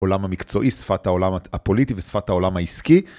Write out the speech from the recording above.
עולם המקצועי, שפת העולם הפוליטי ושפת העולם העסקי.